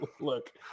Look